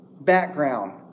background